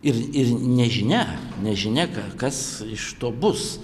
ir ir nežinia nežinia kas iš to bus